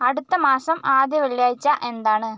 അടുത്ത മാസം ആദ്യ വെള്ളിയാഴ്ച എന്താണ്